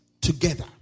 together